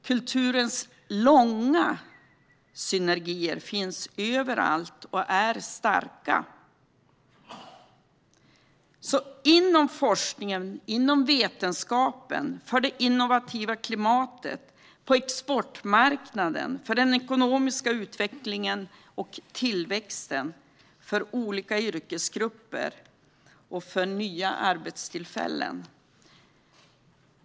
Kulturens långa synergier finns överallt och är starka inom forskningen och vetenskapen, för det innovativa klimatet, på exportmarknaden, för den ekonomiska utvecklingen och tillväxten, för olika yrkesgrupper och för nya arbetstillfällen.